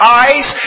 eyes